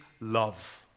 love